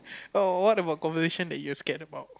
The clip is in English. oh what about conversations that you're scared about